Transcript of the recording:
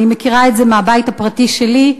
אני מכירה את זה מהבית הפרטי שלי,